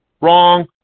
wrong